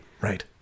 Right